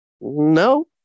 no